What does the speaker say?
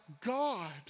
God